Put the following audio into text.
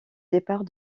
départ